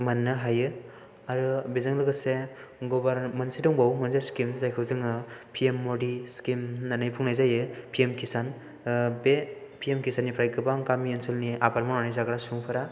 मोननो हायो आरो बेजों लोगोसे मोनसे दंबावो मोनसे स्किम जायखौ जोङो पि एम मडि स्किम होननानै बुंनाय जायो पि एम किसान बे पि एम किसाननिफ्राय गोबां गामि ओनसोलनि आबाद मावनानै जाग्रा सुबुंफोरा